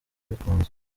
abikunze